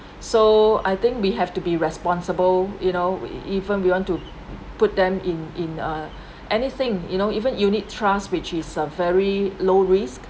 so I think we have to be responsible you know even if you want to put them in in uh anything you know even unit trust which is uh very low risk